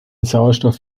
sauerstoff